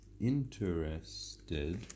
Interested